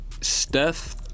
Steph